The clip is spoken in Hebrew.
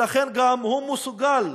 ולכן גם הוא מסוגל